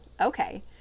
okay